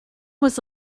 was